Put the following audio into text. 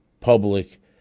public